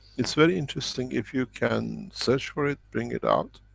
it's very interesting. if you can search for it, bring it out.